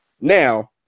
Now